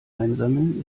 einsammeln